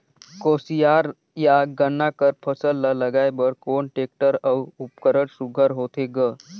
कोशियार या गन्ना कर फसल ल लगाय बर कोन टेक्टर अउ उपकरण सुघ्घर होथे ग?